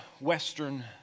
Western